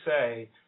say